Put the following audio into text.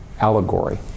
allegory